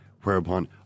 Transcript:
whereupon